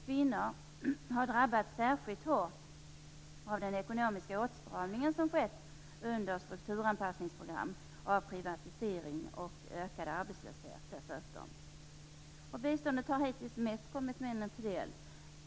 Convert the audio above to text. Kvinnor har drabbats särskilt hårt av den ekonomiska åtstramning som skett under strukturanpassningsprogram, och dessutom av privatisering och ökad arbetslöshet. Biståndet har hittills mest kommit männen till del.